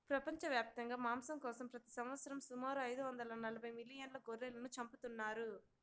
ప్రపంచవ్యాప్తంగా మాంసం కోసం ప్రతి సంవత్సరం సుమారు ఐదు వందల నలబై మిలియన్ల గొర్రెలను చంపుతున్నారు